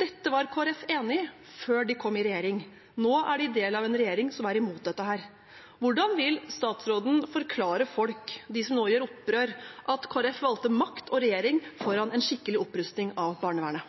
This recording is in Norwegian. Dette var Kristelig Folkeparti enig i – før de kom i regjering. Nå er de del av en regjering som er imot dette. Hvordan vil statsråden forklare folk – de som nå gjør opprør – at Kristelig Folkeparti valgte makt og regjering foran en skikkelig opprusting av barnevernet?